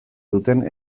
duten